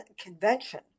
convention